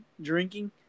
drinking